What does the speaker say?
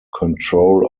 control